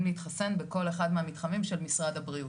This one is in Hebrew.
להתחסן בכל אחד מהמתחמים של משרד הבריאות.